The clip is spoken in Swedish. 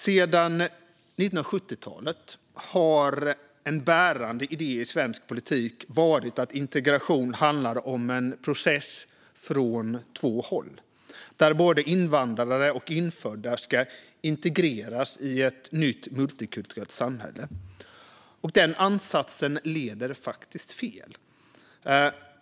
Sedan 1970-talet har en bärande idé i svensk politik varit att integration handlar om en process från två håll, där både invandrare och infödda ska integreras i ett nytt multikulturellt samhälle. Den ansatsen leder fel.